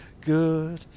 good